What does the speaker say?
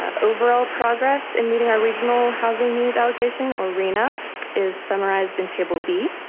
ah overall progress in meeting our regional housing needs allocation, or rena is summarized in table b.